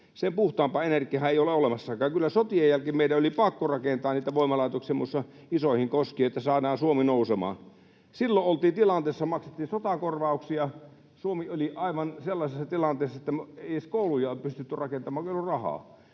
Sen puhtaampaa energiaahan ei ole olemassakaan. Kyllä sotien jälkeen meidän oli pakko rakentaa niitä voimalaitoksia semmoisiin isoihin koskiin, jotta saadaan Suomi nousemaan. Silloin oltiin tilanteessa, jossa maksettiin sotakorvauksia, ja Suomi oli aivan sellaisessa tilanteessa, että ei edes kouluja pystytty rakentamaan, kun ei ollut rahaa.